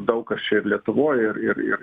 daug kas čia ir lietuvoj ir ir ir